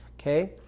Okay